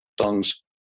songs